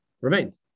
remained